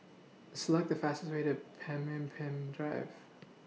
Select The fastest Way to Pemimpin Drive